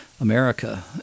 America